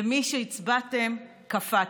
למי שהצבעתם, קפאתם.